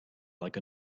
like